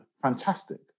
Fantastic